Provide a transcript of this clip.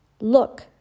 Look